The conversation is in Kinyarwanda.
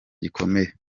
gikomeye